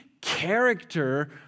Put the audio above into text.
character